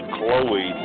Chloe